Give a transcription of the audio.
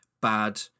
bad